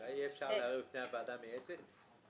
אולי אפשר לערור בפני הוועדה המייעצת?